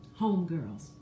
homegirls